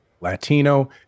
Latino